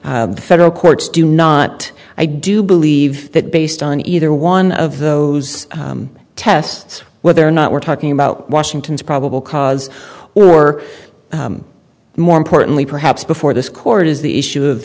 the federal courts do not i do believe that based on either one of those tests whether or not we're talking about washington's probable cause or more importantly perhaps before this court is the issue of